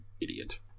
idiot